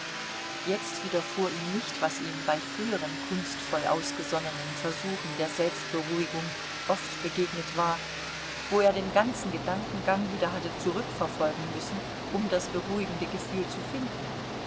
jetzt widerfuhr ihm nicht was ihm bei früheren kunstvoll ausgesonnenen versuchen der selbstberuhigung oft begegnet war wo er den ganzen gedankengang wieder hatte zurückverfolgen müssen um das beruhigende gefühl zu finden